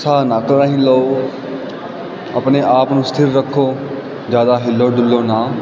ਸਾਹ ਨੱਕ ਰਾਹੀਂ ਲਓ ਆਪਣੇ ਆਪ ਨੂੰ ਸਥਿਰ ਰੱਖੋ ਜ਼ਿਆਦਾ ਹਿੱਲੋ ਡੁੱਲੋ ਨਾ